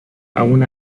aun